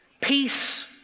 Peace